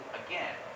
again